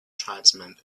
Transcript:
tribesmen